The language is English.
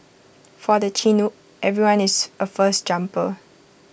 for the Chinook everyone is A first jumper